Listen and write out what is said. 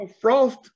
Frost